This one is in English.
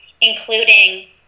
including